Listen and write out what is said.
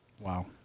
Wow